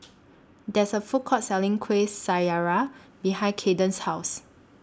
There IS A Food Court Selling Kuih Syara behind Kaiden's House